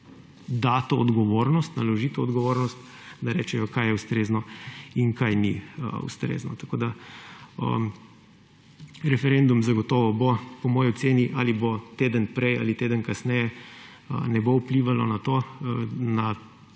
dati to odgovornost, naložiti to odgovornost, da rečejo, kaj je ustrezno in kaj ni ustrezno. Tako da referendum zagotovo bo, po moji oceni, ali bo teden prej ali teden kasneje, ne bo vplivalo na